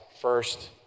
first